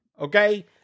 okay